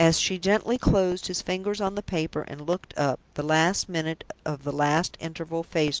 as she gently closed his fingers on the paper and looked up, the last minute of the last interval faced her,